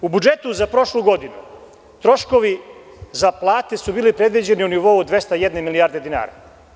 U budžetu za prošlu godinu troškovi za plate su bili predviđeni u nivou od 201 milijarde dinara.